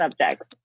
subjects